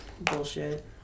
bullshit